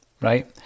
right